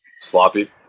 sloppy